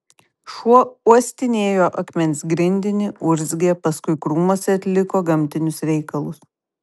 šuo uostinėjo akmens grindinį urzgė paskui krūmuose atliko gamtinius reikalus